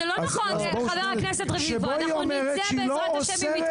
חבר הכנסת רביבו, זה לא נכון.